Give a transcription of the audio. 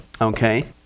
okay